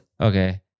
Okay